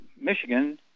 Michigan